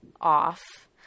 off